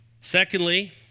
Secondly